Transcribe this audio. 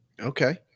Okay